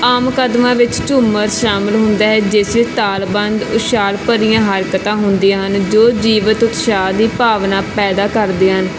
ਆਮ ਕਦਮਾਂ ਵਿੱਚ ਝੂਮਰ ਸ਼ਾਮਲ ਹੁੰਦਾ ਹੈ ਜਿਸ ਵਿੱਚ ਤਾਲਬੰਧ ਉਛਾਲ ਭਰੀਆਂ ਹਰਕਤਾਂ ਹੁੰਦੀਆਂ ਹਨ ਜੋ ਜੀਵਤ ਉਤਸ਼ਾਹ ਦੀ ਭਾਵਨਾ ਪੈਦਾ ਕਰਦੀਆਂ ਹਨ